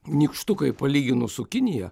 nykštukai palyginus su kinija